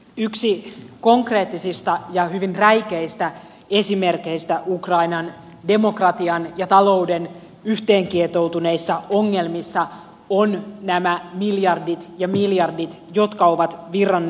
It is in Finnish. yksi konkreettisista ja hyvin räikeistä esimerkeistä ukrainan demokratian ja talouden yhteen kietoutuneissa ongelmissa ovat nämä miljardit ja miljardit jotka ovat virranneet länteen